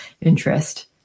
interest